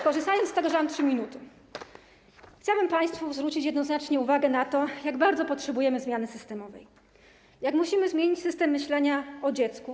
Korzystając z tego, że mam 3 minuty, chciałabym państwu zwrócić jednoznacznie uwagę na to, jak bardzo potrzebujemy zmiany systemowej, jak bardzo musimy zmienić system myślenia o dziecku.